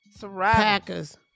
Packers